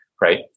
right